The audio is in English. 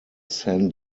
san